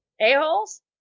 a-holes